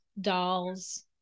dolls